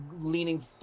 leaning